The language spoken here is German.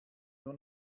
nur